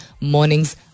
Mornings